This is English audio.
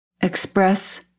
express